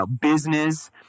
business